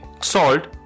salt